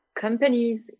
companies